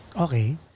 Okay